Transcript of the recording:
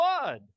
blood